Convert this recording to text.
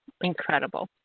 Incredible